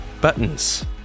Buttons